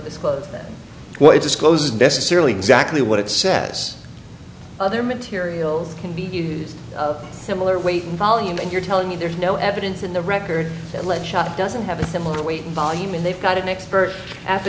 disclose what it discloses necessarily exactly what it says other materials can be used of similar weight and volume and you're telling me there's no evidence in the record that lead shot doesn't have a similar weight volume and they've got an expert a